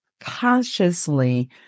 consciously